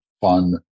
fun